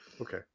Okay